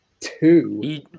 two